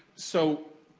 so,